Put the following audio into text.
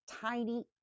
tiny